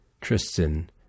Tristan